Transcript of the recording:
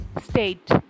state